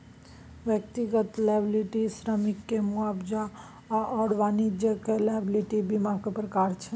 व्यक्तिगत लॉयबिलटी श्रमिककेँ मुआवजा आओर वाणिज्यिक लॉयबिलटी बीमाक प्रकार छै